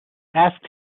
asked